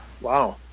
wow